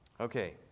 Okay